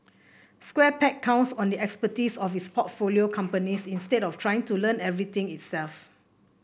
Square Peg counts on the expertise of its portfolio companies instead of trying to learn everything itself